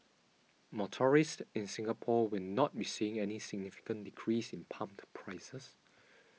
motorists in Singapore will not be seeing any significant decrease in pump prices